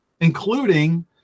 including